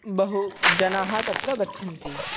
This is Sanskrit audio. बहु जनाः तत्र गच्छन्ति